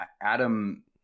Adam